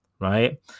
right